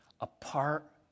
apart